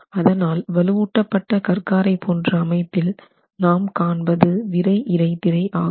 அதனால் வலுவூட்ட பட்ட கற்காரை போன்ற அமைப்பில் நாம் காண்பது விறை இடைத்திரை ஆகும்